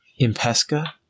Impesca